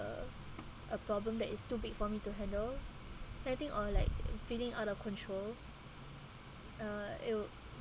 uh a problem that is too big for me to handle like I think or like feeling out of control uh it would